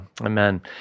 amen